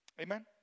Amen